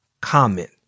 comment